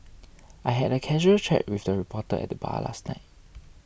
I had a casual chat with a reporter at the bar last night